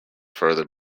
further